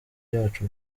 yacu